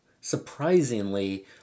surprisingly